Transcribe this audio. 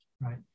right